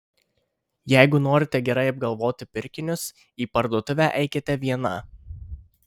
jeigu norite gerai apgalvoti pirkinius į parduotuvę eikite viena